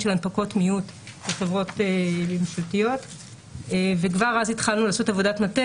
של הנפקות מיעוט בחברות ממשלתיות וכבר אז התחלנו לעשות עבודת מטה